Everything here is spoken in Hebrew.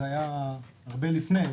זה היה הרבה לפני,